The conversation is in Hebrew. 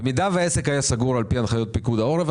אם העסק היה סגור על פי הנחיות פיקוד העורף,